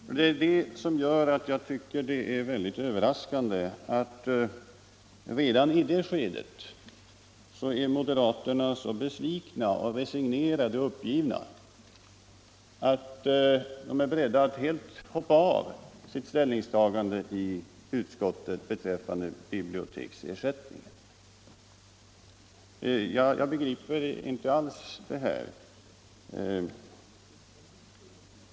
Jag tycker därför att det är mycket överraskande att moderaterna redan i detta skede är så besvikna, resignerade och uppgivna att de är beredda att helt frångå sitt ställningstagande i utskottet beträffande biblioteksersättningen. Jag begriper inte alls detta.